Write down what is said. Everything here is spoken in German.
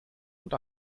und